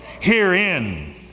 Herein